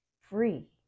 free